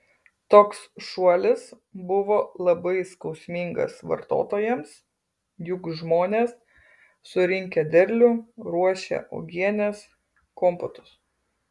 toks šuolis buvo labai skausmingas vartotojams juk žmonės surinkę derlių ruošia uogienes kompotus